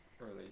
early